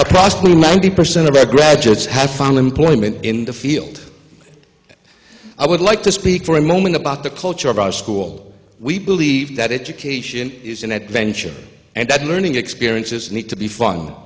possibly ninety percent of our graduates have found employment in the field i would like to speak for a moment about the culture of our school we believe that it occasion is an adventure and that learning experiences need to be fun